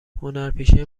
هنرپیشه